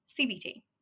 CBT